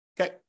Okay